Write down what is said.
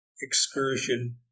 excursion